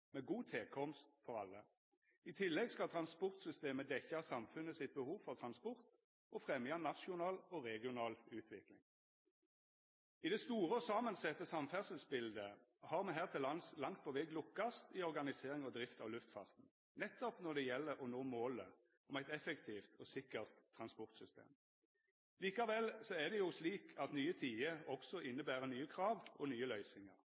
med god tilkomst for alle. I tillegg skal transportsystemet dekkja samfunnet sitt behov for transport og fremja nasjonal og regional utvikling. I det store og samansette samferdselsbiletet har me her til lands langt på veg lukkast i organiseringa og drifta av luftfarten, nettopp når det gjeld å nå målet om eit effektivt og sikkert transportsystem. Likevel er det slik at nye tider også inneber nye krav og nye løysingar.